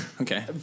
Okay